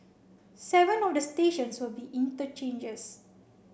seven of the stations will be interchanges